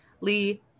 Lee